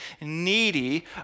needy